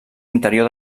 interior